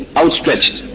outstretched